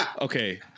okay